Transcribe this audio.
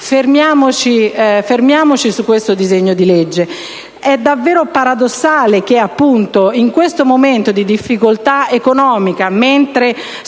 a fermarsi su questo disegno di legge. È davvero paradossale che in questo momento di difficoltà economica, mentre si